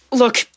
Look